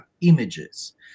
images